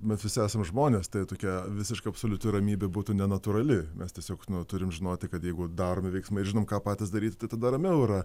mes visi esam žmonės tai tokia visiška absoliuti ramybė būtų nenatūrali mes tiesiog nu turim žinoti kad jeigu daromi veiksmai žinom ką patys daryti tada ramiau yra